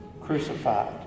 Crucified